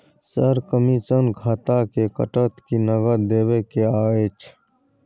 Sir, commission खाता से कटत कि नगद देबै के अएछ?